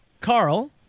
Carl